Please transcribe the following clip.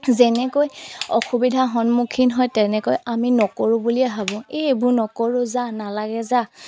যেনেকৈ অসুবিধা সন্মুখীন হয় তেনেকৈ আমি নকৰোঁ বুলিয়ে ভাবোঁ এই এইবোৰ নকৰোঁ যা নালাগে যা